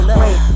wait